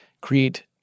create